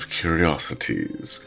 curiosities